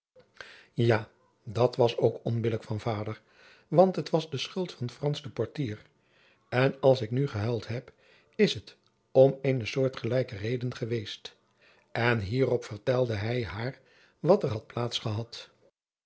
ja dat was ook onbillijk van vader want het was de schuld van frans den poortier en als ik nu gehuild heb is het om eene soortgelijke reden geweest en hierop vertelde hij haar wat er had